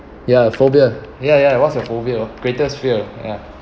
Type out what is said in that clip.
ya phobia ya ya what's your phobia greatest fear ya